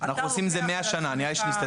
אנחנו עושים את זה 100 שנה, נראה לי שנסתדר.